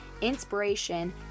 inspiration